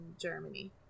Germany